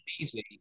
easy